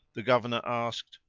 the governor asked,